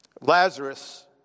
Lazarus